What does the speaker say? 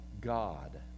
God